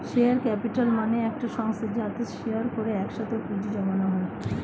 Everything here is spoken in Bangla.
শেয়ার ক্যাপিটাল মানে একটি সংস্থা যাতে শেয়ার করে একসাথে পুঁজি জমানো হয়